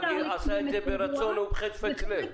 עשה את זה ברצון ובחפץ לב.